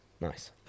nice